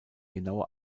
genaue